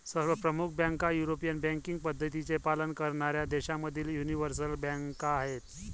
सर्व प्रमुख बँका युरोपियन बँकिंग पद्धतींचे पालन करणाऱ्या देशांमधील यूनिवर्सल बँका आहेत